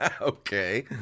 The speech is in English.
Okay